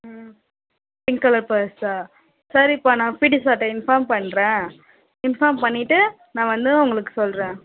ம் pink colour பர்ஸா சரிப்பா நான் பிடி சார்கிட்ட இன்ஃபார்ம் பண்ணுறேன் இன்ஃபார்ம் பண்ணிவிட்டு நான் வந்தோவுன்ன உங்களுக்கு சொல்கிறேன்